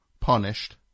Punished